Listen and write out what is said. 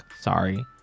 sorry